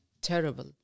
terrible